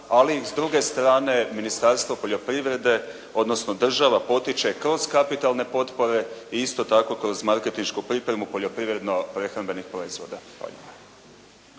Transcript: Ali ih s druge strane Ministarstvo poljoprivrede, odnosno država potiče kroz kapitalne potpore i isto tako kroz marketinšku pripremu poljoprivredno-prehrambenih proizvoda.